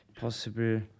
Possible